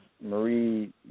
Marie